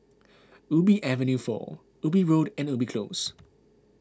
Ubi Avenue four Ubi Road and Ubi Close